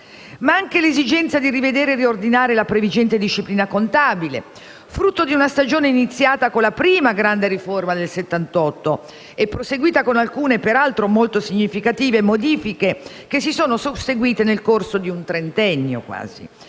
è anche l'esigenza di rivedere e riordinare la previgente disciplina contabile, frutto di una stagione iniziata con la prima grande riforma del 1978 e proseguita con alcune modifiche, peraltro molto significative, che si sono susseguite nel corso di quasi un trentennio; una